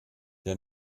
der